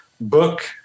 book